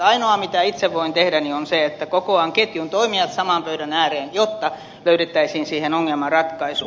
ainoa mitä itse voin tehdä on se että kokoan ketjun toimijat saman pöydän ääreen jotta löydettäisiin siihen ongelmaan ratkaisu